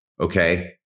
Okay